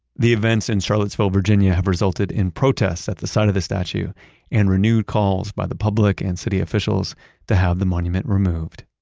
the events in charlottesville, virginia have resulted in protests at the site of the statue and renewed calls by the public and city officials to have the monument removed